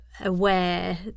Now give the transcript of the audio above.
aware